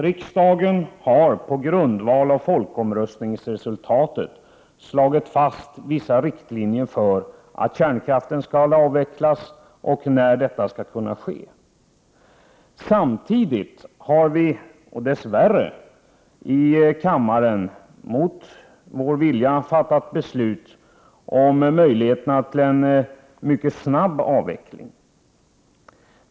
Riksdagen har på grundval av folkomröstningsresultatet slagit fast vissa riktlinjer för att kärnkraften skall avvecklas och när detta skall kunna ske. Samtidigt har det dess värre, mot folkpartiets vilja, här i kammaren fattats beslut om möjligheterna till en mycket snabb avveckling.